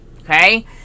okay